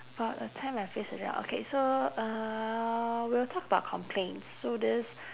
about a time I face a cha~ okay so uh we'll talk about complaints so this